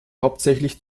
hauptsächlich